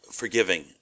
forgiving